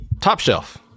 Top-shelf